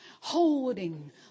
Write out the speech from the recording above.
Holding